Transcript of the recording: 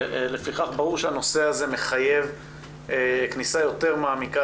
לפיכך ברור שהנושא הזה מחייב כניסה יותר מעמיקה,